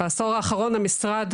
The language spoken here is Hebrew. בעשור האחרון המשרד,